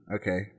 Okay